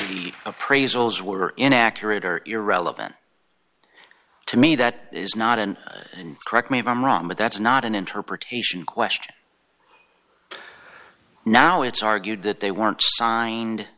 appraisals were inaccurate or irrelevant to me that is not an incorrect me if i'm wrong but that's not an interpretation question now it's argued that they weren't signed